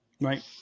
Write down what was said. right